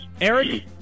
Eric